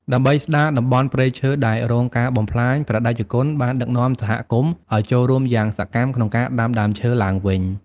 ដើម្បីស្ដារតំបន់ព្រៃឈើដែលរងការបំផ្លាញ ព្រះតេជគុណបានដឹកនាំសហគមន៍ឱ្យចូលរួមយ៉ាងសកម្មក្នុងការដាំដើមឈើឡើងវិញ។